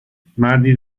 مردی